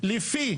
לפני